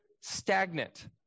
stagnant